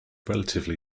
relatively